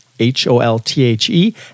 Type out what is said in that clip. H-O-L-T-H-E